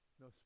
no